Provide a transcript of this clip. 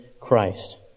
Christ